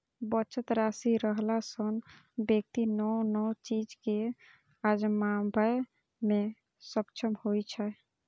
बचत राशि रहला सं व्यक्ति नव नव चीज कें आजमाबै मे सक्षम होइ छै